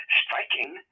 striking